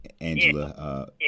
Angela